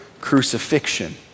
crucifixion